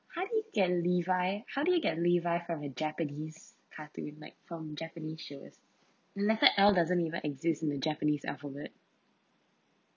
how did you get levi how did you get levi from a japanese cartoon like from japanese shows letter L doesn't even exist in the japanese alphabet